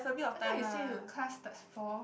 I thought you say you class starts four